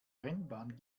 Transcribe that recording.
rennbahn